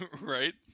Right